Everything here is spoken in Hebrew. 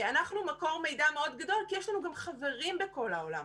אנחנו מקור מידע מאוד גדול כי יש לנו גם חברים בכל העולם.